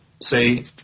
say